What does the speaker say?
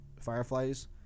Fireflies